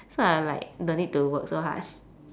so I'm like don't need to work so hard